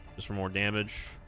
just four more damage